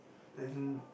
then